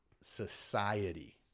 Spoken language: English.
society